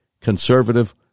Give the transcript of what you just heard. conservative